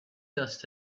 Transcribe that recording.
dust